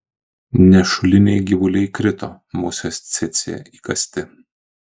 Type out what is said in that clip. nešuliniai gyvuliai krito musės cėcė įkąsti